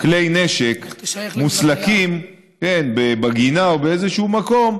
כלי נשק מוסלקים בגינה או באיזשהו מקום,